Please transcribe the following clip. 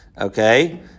Okay